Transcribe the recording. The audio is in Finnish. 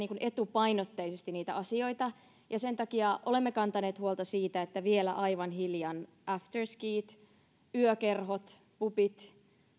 etupainotteisesti niitä asioita sen takia olemme kantaneet huolta siitä että vielä aivan hiljan after skit yökerhot pubit